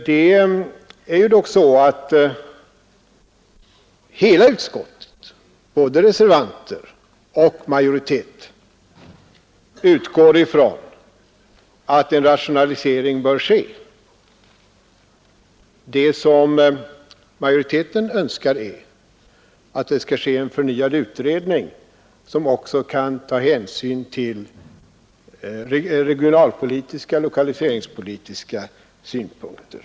Det är dock så att hela utskottet, både reservanter och majoritet, utgår från att en rationalisering bör ske. Det som majoriteten önskar är att det skall ske en förnyad utredning som också skall ta hänsyn till regionalpolitiska och lokaliseringspolitiska synpunkter.